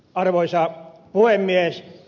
arvoisa puhemies